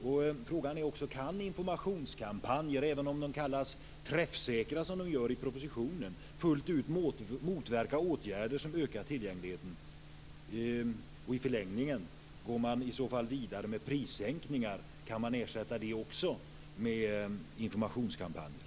Jag har också en annan fråga: Kan informationskampanjer även om de kallas träffsäkra, som de gör i propositionen, fullt ut motverka åtgärder som ökar tillgängligheten? I förlängningen kanske man går vidare med prissänkningar. Kan man också i det fallet ersätta med informationskampanjer?